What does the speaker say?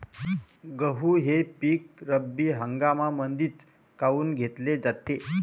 गहू हे पिक रब्बी हंगामामंदीच काऊन घेतले जाते?